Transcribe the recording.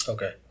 Okay